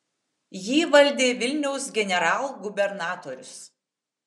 jį valdė vilniaus generalgubernatorius